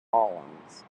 columns